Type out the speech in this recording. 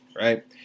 right